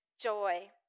joy